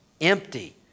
empty